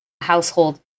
household